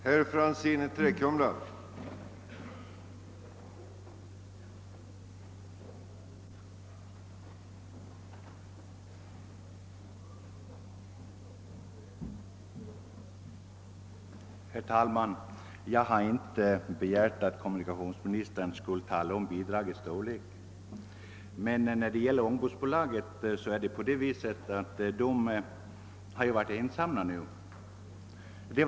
Herr talman! Jag har inte begärt att kommunikationsministern skulle tala om bidragets storlek. Men ångbåtsbolaget har ju nu varit ensamt.